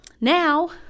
now